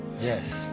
Yes